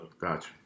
Gotcha